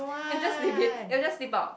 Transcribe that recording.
and just lip it and just lip out